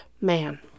man